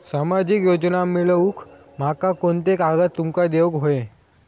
सामाजिक योजना मिलवूक माका कोनते कागद तुमका देऊक व्हये?